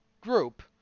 group